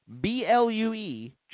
B-L-U-E